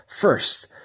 First